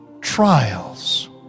trials